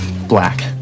black